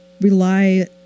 rely